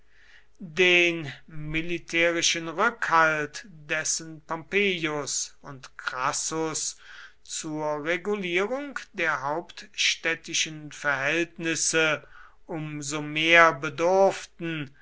den militärischen rückhalt dessen pompeius und crassus zur regulierung der hauptstädtischen verhältnisse um so mehr bedurften